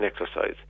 exercise